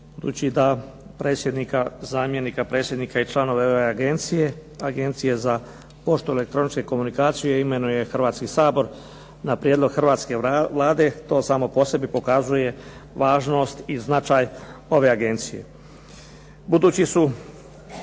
predsjednika i članova ove agencije, Agencije za poštu, elektroničke komunikacije imenuje Hrvatski sabor na prijedlog hrvatske Vlade to samo po sebi pokazuje važnost i značaj ove agencije. Budući su